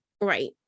Right